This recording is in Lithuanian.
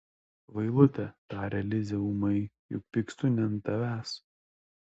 kvailute taria lizė ūmai juk pykstu ne ant tavęs